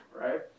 Right